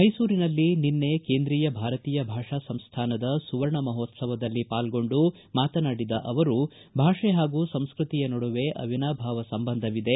ಮೈಸೂರಿನಲ್ಲಿ ನಿನ್ನೆ ಕೇಂದ್ರೀಯ ಭಾರತೀಯ ಭಾಷಾ ಸಂಸ್ಥಾನದ ಸುವರ್ಣ ಮಹೋತ್ಲವದಲ್ಲಿ ಪಾಲ್ಗೊಂಡು ಮಾತನಾಡಿದ ಅವರು ಭಾಷೆ ಹಾಗೂ ಸಂಸ್ಕತಿಯ ನಡುವೆ ಅವಿನಾಭಾವ ಸಂಬಂಧವಿದೆ